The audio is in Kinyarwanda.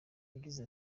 yagize